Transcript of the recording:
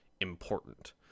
important